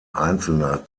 einzelner